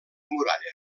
muralla